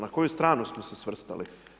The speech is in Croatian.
Na koju stranu smo se svrstali?